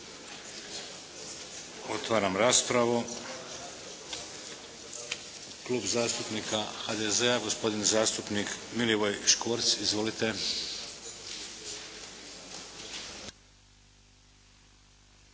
Otvaram raspravu. Klub zastupnika HDZ-a, gospodin zastupnik Milivoj Škvorc. Izvolite.